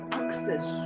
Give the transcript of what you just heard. access